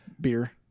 beer